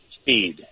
speed